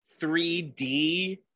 3D